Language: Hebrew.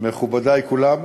מכובדי כולם,